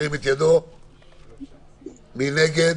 מי נגד?